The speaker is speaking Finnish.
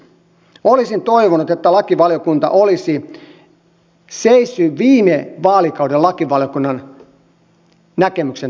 olisin toivonut että lakivaliokunta olisi seissyt viime vaalikauden lakivaliokunnan näkemyksen takana